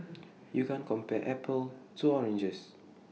you can't compare apples to oranges